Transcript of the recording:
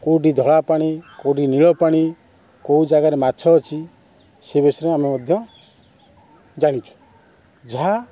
କେଉଁଠି ଧଳା ପାଣି କେଉଁଠି ନୀଳ ପାଣି କେଉଁ ଜାଗାରେ ମାଛ ଅଛି ସେ ବିଷୟରେ ଆମେ ମଧ୍ୟ ଜାଣିଛୁ ଯାହା